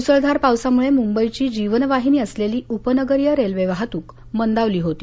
मुसळधार पावसामुळे मुंबईची जीवनवाहिनी असलेली उपनगरीय रेल्वे वाहतूक मंदावली होती